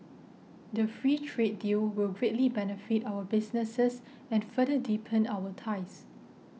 the free trade deal will greatly benefit our businesses and further deepen our ties